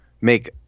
make